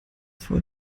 vor